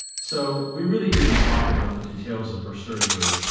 so we really didn't talk about the details of her surgery.